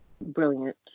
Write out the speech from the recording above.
brilliant